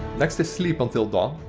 next is sleep until dawn.